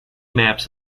maps